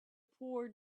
poor